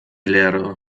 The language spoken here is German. lehre